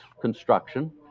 construction